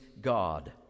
God